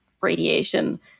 radiation